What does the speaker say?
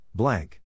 blank